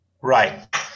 Right